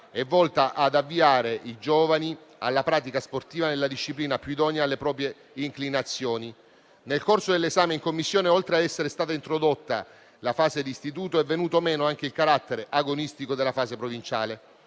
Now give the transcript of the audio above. volta ad avviare i giovani alla pratica sportiva nella disciplina più idonea alle proprie inclinazioni. Nel corso dell'esame in Commissione, oltre a essere stata introdotta la fase d'istituto, è venuto meno il carattere agonistico della fase provinciale.